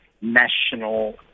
national